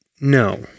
No